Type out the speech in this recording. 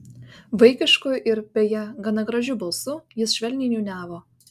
vaikišku ir beje gana gražiu balsu jis švelniai niūniavo